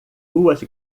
duas